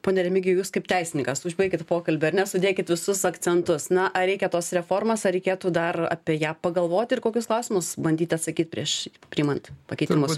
pone remigijau jūs kaip teisininkas užbaikit pokalbį ar ne sudėkit visus akcentus na ar reikia tos reformos ar reikėtų dar apie ją pagalvot ir kokius klausimus bandyti atsakyt prieš priimant pakeitimus